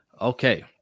okay